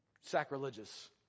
sacrilegious